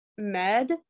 med